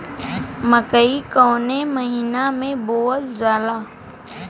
मकई कवने महीना में बोवल जाला?